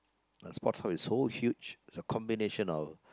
the Sports Hub is so huge it's a combination of